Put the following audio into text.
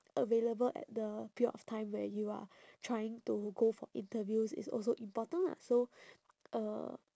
available at the period of time where you are trying to go for interviews is also important lah so uh